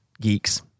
geeks